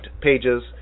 pages